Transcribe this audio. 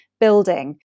building